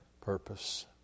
purpose